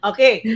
Okay